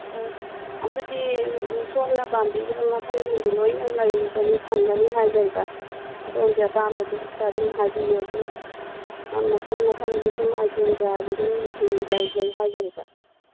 ꯑꯣ ꯑꯗꯨꯗꯤ ꯁꯣꯝꯅ ꯄꯥꯝꯕꯤꯔꯤꯕ ꯃꯈꯜꯁꯤꯡꯗꯣ ꯂꯣ ꯏꯅ ꯂꯩꯒꯅꯤ ꯐꯪꯒꯅꯤ ꯍꯥꯏꯖꯔꯤꯕ ꯑꯗꯣꯝꯒꯤ ꯑꯄꯥꯝꯕꯗꯨ ꯍꯦꯛꯇ ꯑꯗꯨꯝ ꯍꯥꯏꯕꯤꯌꯨ ꯑꯗꯨꯝ ꯃꯈꯜ ꯃꯈꯜꯒꯤ ꯁꯨꯝ ꯑꯥꯏꯇꯦꯝ ꯀꯌꯥꯒꯤ ꯑꯗꯨꯝ ꯐꯤ ꯂꯩꯖꯩ ꯍꯥꯏꯖꯔꯤꯕ